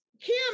Kim